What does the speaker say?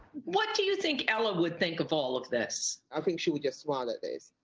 what do you think ella would think of all of this? i think she would just smile at this.